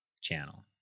channel